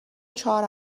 چهار